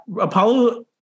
Apollo